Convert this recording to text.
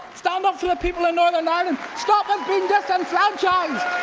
stand up for the people of northern ireland. stop us being disenfranchised!